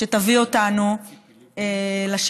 שתביא אותנו לשלטון.